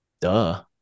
Duh